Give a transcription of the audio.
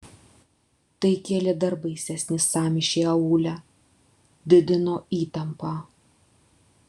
tai kėlė dar baisesnį sąmyšį aūle didino įtampą